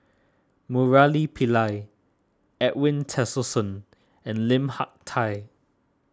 Murali Pillai Edwin Tessensohn and Lim Hak Tai